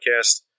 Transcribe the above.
Podcast